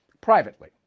privately